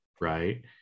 right